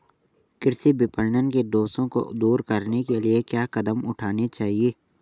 कृषि विपणन के दोषों को दूर करने के लिए क्या कदम उठाने चाहिए?